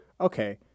Okay